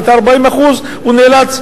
ואת ה-40% הוא נאלץ,